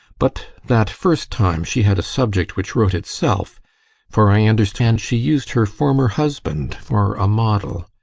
but that first time she had a subject which wrote itself for i understand she used her former husband for a model.